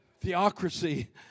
Theocracy